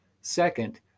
Second